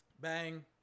Bang